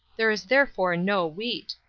there is therefore no wheat.